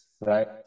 Right